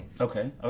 Okay